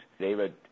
David